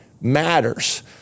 matters